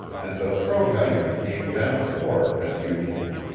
and the throat-halliard came down to port as usual,